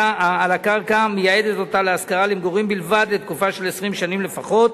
הקרקע מייעדת אותה להשכרה למגורים בלבד לתקופה של 20 שנים לפחות